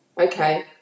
Okay